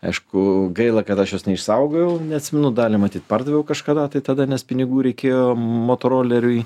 aišku gaila kad aš jos neišsaugojau neatsimenu dalį matyt pardaviau kažkada tai tada nes pinigų reikėjo motoroleriui